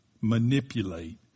manipulate